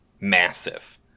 massive